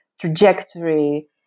trajectory